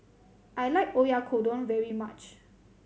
I like Oyakodon very much